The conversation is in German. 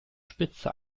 spitze